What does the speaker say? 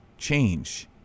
change